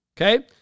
okay